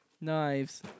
Knives